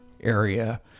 area